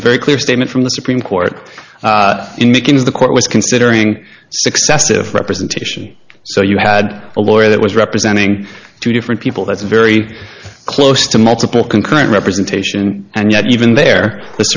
a very clear statement from the supreme court in the can is the court was considering successive representation so you had a lawyer that was representing two different people that's very close to multiple concurrent representation and yet even there the